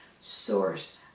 source